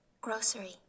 Grocery